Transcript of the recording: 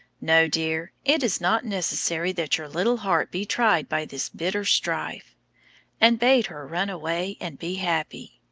no, dear it is not necessary that your little heart be tried by this bitter strife and bade her run away and be happy.